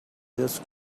this